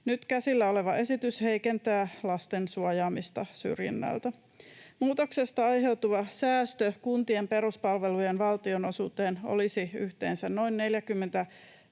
Nyt käsillä oleva esitys heikentää lasten suojaamista syrjinnältä. Muutoksesta aiheutuva säästö kuntien peruspalvelujen valtionosuuteen olisi yhteensä noin 43